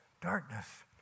Darkness